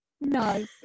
No